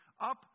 up